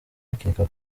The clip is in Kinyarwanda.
bakeka